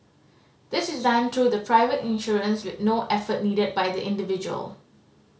this is done through the private insurers with no effort needed by the individual